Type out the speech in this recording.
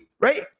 Right